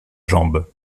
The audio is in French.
jambe